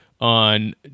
on